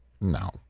No